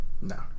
No